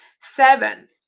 Seven